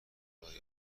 ارائه